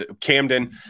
Camden